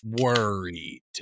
worried